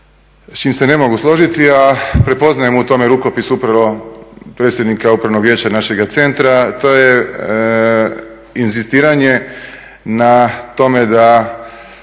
s čim se ne mogu složiti, a prepoznajem u tome rukopis upravo predsjednika Upravnog vijeća našega centra, to je inzistiranje na tome da